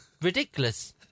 ridiculous